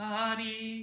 body